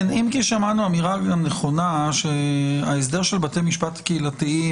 אם כי שמענו אמירה נכונה שההסדר של בתי משפט קהילתיים